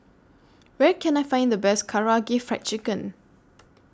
Where Can I Find The Best Karaage Fried Chicken